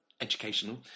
Educational